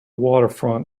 waterfront